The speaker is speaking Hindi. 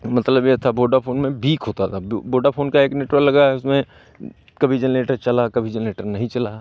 मतलब ये था वोडाफ़ोन में वीक होता था वोडाफ़ोन का एक नेटवर्क लगाया उसमें कभी जेनरेटर चला कभी जेनरेटर नहीं चला